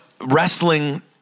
wrestling